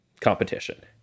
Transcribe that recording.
competition